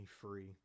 free